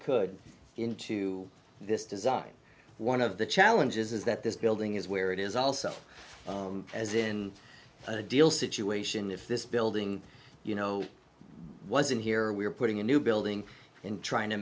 could into this design one of the challenges is that this building is where it is also as in a deal situation if this building you know wasn't here we're putting a new building in trying to